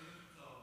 איזה תוצאות?